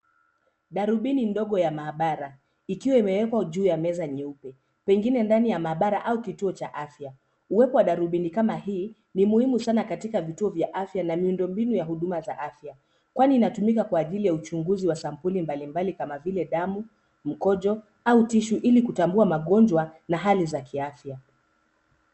Darubini ndogo ya maabara, ikiwa imewekwa juu ya meza nyeupe pengine ndani ya maabara au kituo cha afya, uwepo wa darubini kama hii ni muhimu sana katika vituo vya afya na miundo mbinu ya huduma za afya kwani inatumika kwa ajili ya uchunguzi wa sampuli mbalimbali.